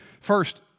First